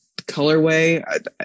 colorway